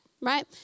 right